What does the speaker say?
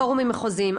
פורומים מחוזים,